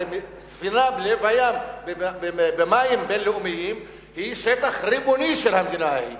הרי ספינה בלב הים במים בין-לאומיים היא שטח ריבוני של המדינה ההיא.